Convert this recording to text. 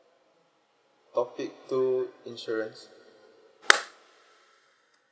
topic two insurance